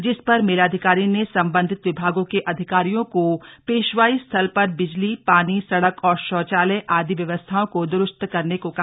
जिस पर मेलाधिकारी ने सबंधित विभागों के अधिकारियों को पेशवाई स्थल पर बिजली पानी सड़क और शौचालय आदि व्यवस्थाओं को दुरुस्त करने को कहा